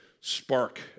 spark